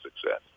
success